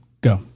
Go